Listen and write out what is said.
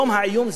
יום העיון,